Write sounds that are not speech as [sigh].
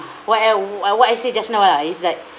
what I [noise] uh what I say just now ah is like